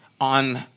on